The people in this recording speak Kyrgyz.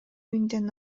миңден